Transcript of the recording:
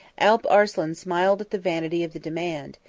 alp arslan smiled at the vanity of the demand,